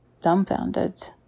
dumbfounded